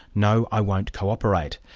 no, i won't co-operate!